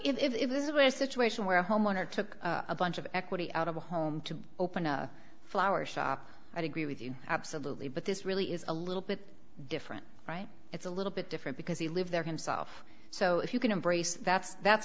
a situation where a homeowner took a bunch of equity out of a home to open a flower shop i'd agree with you absolutely but this really is a little bit different right it's a little bit different because he lived there himself so if you can embrace that's that's